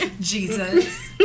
Jesus